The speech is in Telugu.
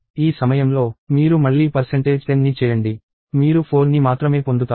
ఈ సమయంలో మీరు మళ్లీ 10 ని చేయండి మీరు 4 ని మాత్రమే పొందుతారు